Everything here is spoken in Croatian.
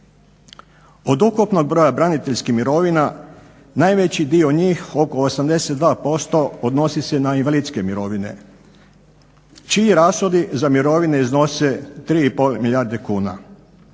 Od ukupnog broja braniteljskih mirovina najveći dio njih oko 82% odnosi se na invalidske mirovine čiji rashodi za mirovine iznose 3,5 milijarde kuna.